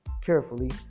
carefully